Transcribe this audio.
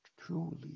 truly